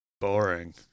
boring